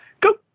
go